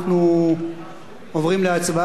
ואנחנו עושים את זה עכשיו.